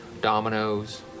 dominoes